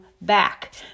back